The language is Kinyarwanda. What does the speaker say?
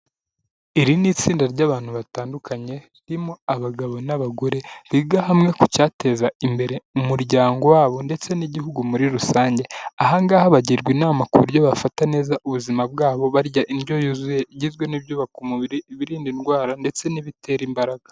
Iri ni itsinda ry'abantu batandukanye ririmo abagabo n'abagore, biga hamwe ku cyateza imbere umuryango wabo ndetse n'igihugu muri rusange. Ahangaha bagirwa inama ku buryo bafata neza ubuzima bwabo, barya indyo yuzuye igizwe n'ibyubaka umubiri, ibirinda indwara ndetse n'ibitera imbaraga.